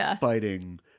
fighting